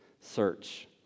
search